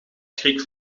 schrik